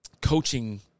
coaching